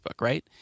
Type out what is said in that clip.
right